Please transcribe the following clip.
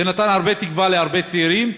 זה נתן הרבה תקווה להרבה צעירים,